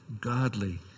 godly